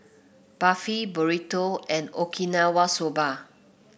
Barfi Burrito and Okinawa Soba